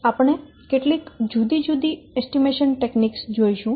આપણે કેટલીક જુદી જુદી અંદાજ તકનીકો જોઈશું